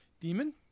Demon